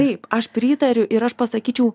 taip aš pritariu ir aš pasakyčiau